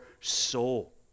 soul